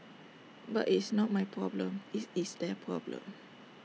but IT is not my problem IT is their problem